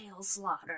slaughter